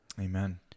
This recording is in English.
Amen